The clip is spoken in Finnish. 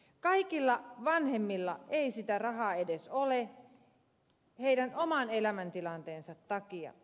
kaikilla vanhemmilla ei sitä rahaa edes ole heidän oman elämäntilanteensa takia